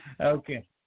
okay